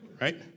right